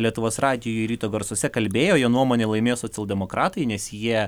lietuvos radijui ryto garsuose kalbėjo jo nuomone laimėjo socialdemokratai nes jie